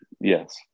Yes